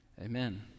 Amen